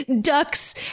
Ducks